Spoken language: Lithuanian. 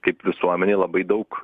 kaip visuomenei labai daug